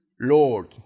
Lord